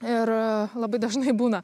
ir labai dažnai būna